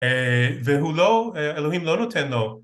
והוא לא, אלוהים לא נותן לו.